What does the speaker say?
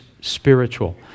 spiritual